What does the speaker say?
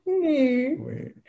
wait